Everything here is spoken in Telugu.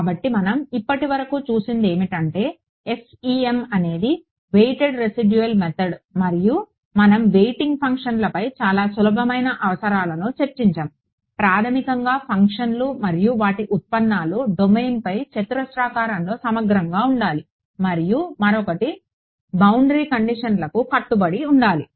కాబట్టి మనం ఇప్పటివరకు చూసినది ఏమిటంటే FEM అనేది వెయిటెడ్ రెసిడ్యూయల్ మెథడ్ మరియు మనం వెయింగ్ ఫంక్షన్లపై చాలా సులభమైన అవసరాలను చర్చించాము ప్రాథమికంగా ఫంక్షన్లు మరియు వాటి ఉత్పన్నాలు డొమైన్పై చతురస్రాకారంలో సమగ్రంగా ఉండాలి మరియు మరొకటి బౌండరీ కండిషన్లకు కట్టుబడి ఉండాలి